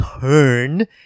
turn